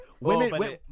Women